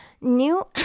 New